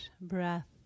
breath